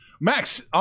Max